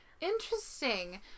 Interesting